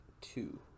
two